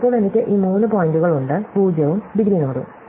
ഇപ്പോൾ എനിക്ക് ഈ മൂന്ന് പോയിന്റുകൾ ഉണ്ട് 0 ഉം ഡിഗ്രി നോഡും